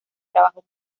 trabajó